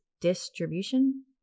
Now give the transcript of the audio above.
distribution